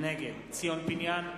נגד ציון פיניאן,